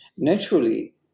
Naturally